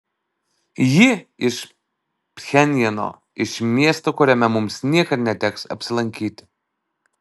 ji iš pchenjano iš miesto kuriame mums niekad neteks apsilankyti